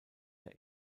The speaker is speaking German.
der